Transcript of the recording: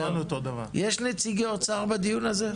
יש נציגי אוצר בדיון הזה?